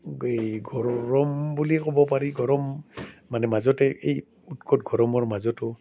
এই গৰম বুলিয়ে ক'ব পাৰি গৰম মানে মাজতে এই উৎকট গৰমৰ মাজতো